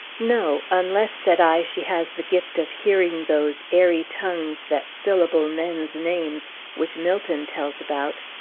no unless, said i, she has the gift of hearing those airy tongues that syllable men's names which milton tells about.